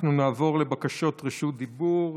אנחנו נעבור לבקשות רשות דיבור.